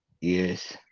yes